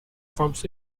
forms